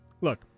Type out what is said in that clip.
Look